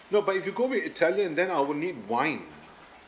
no but if you go with italian then I will need wine